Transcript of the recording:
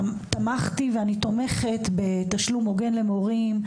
תמכתי ואני תומכת בתשלום הוגן למורים.